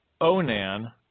Onan